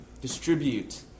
distribute